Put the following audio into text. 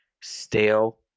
stale